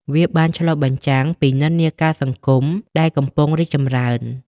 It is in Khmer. វាបានឆ្លុះបញ្ចាំងពីនិន្នាការសង្គមដែលកំពុងរីកចម្រើន។